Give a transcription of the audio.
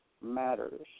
matters